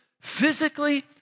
physically